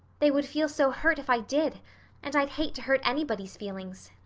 they would feel so hurt if i did and i'd hate to hurt anybody's feelings,